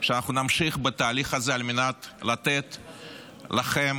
שאנחנו נמשיך בתהליך הזה על מנת לתת לכם